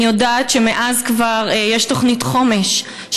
אני יודעת שמאז כבר יש תוכנית חומש,